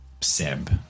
Seb